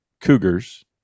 Cougars